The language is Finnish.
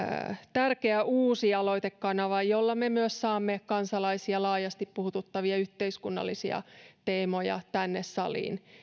tärkeä uusi aloitekanava jolla me myös saamme kansalaisia laajasti puhututtavia yhteiskunnallisia teemoja tänne saliin